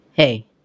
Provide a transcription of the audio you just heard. Hey